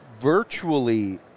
virtually